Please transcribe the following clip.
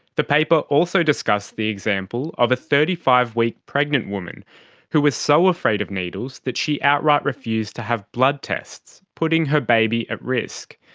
the paper also discussed the example of a thirty five week pregnant woman who was so afraid of needles that she outright refused to have blood tests, putting her baby at risk.